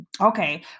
Okay